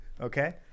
okay